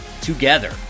together